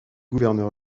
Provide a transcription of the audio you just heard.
gouverneur